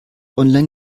online